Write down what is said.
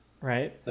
right